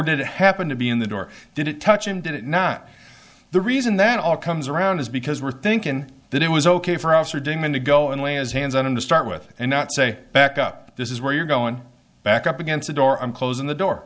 did it happen to be in the door did it touch him did it not the reason that all comes around is because we're thinking that it was ok for us or damon to go and lay as hands on him to start with and not say back up this is where you're going back up against a door i'm closing the door